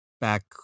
back